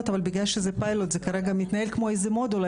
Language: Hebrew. אבל בגלל שזה פיילוט זה כרגע מתנהל כמו איזה מודולה.